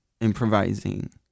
improvising